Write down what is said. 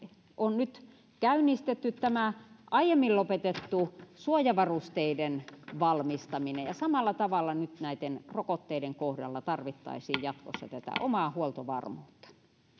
on nyt käynnistetty tämä aiemmin lopetettu suojavarusteiden valmistaminen ja samalla tavalla näiden rokotteiden kohdalla tarvittaisiin jatkossa tätä omaa huoltovarmuutta